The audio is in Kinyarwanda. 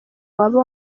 waba